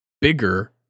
bigger